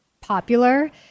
popular